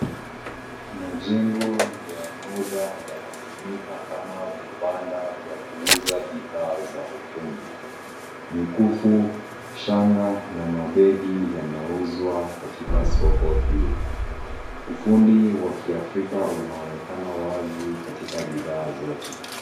Majengo ya muda yanatumika kama vibanda vya kuuza bidhaa za ufundi. Mikufu, shanga na mabegi yanauzwa katika soko hili. Ufundi wa kiafrika unaonekana wazi katika bidhaa zote.